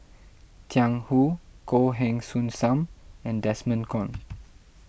Jiang Hu Goh Heng Soon Sam and Desmond Kon